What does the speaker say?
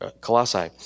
Colossae